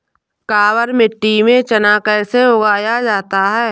काबर मिट्टी में चना कैसे उगाया जाता है?